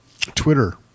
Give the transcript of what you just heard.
Twitter